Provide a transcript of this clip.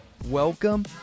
Welcome